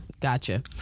Gotcha